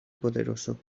poderoso